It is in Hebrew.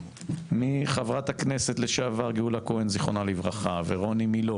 מחברת הכנסת לשעבר גאולה כהן ז"ל ורוני מילוא